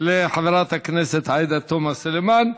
תודה לחברת הכנסת עאידה תומא סלימאן.